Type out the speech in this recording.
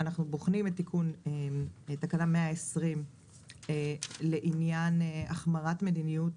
אנחנו בוחנים את תיקון תקנה 120 לעניין החמרת מדיניות